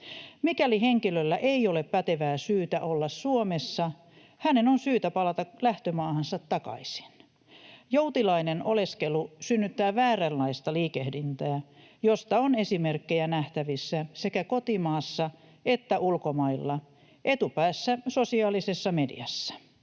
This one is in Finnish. Mikäli henkilöllä ei ole pätevää syytä olla Suomessa, hänen on syytä palata lähtömaahansa takaisin. Joutilainen oleskelu synnyttää vääränlaista liikehdintää, josta on esimerkkejä nähtävissä sekä kotimaassa että ulkomailla etupäässä sosiaalisessa mediassa.